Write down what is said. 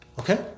Okay